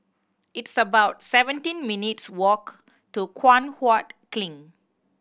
it's about seventeen minutes' walk to Guan Huat Kiln